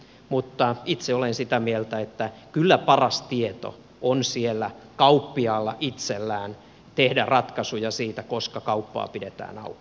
mutta itse olen sitä mieltä että kyllä paras tieto on siellä kauppiaalla itsellään tehdä ratkaisuja siitä koska kauppaa pidetään auki